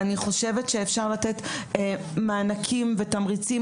אני חושבת שאפשר לתת מענקים ותמריצים,